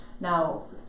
Now